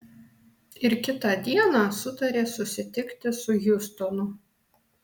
ir kitą dieną sutarė susitikti su hjustonu